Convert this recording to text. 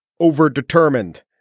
overdetermined